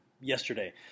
yesterday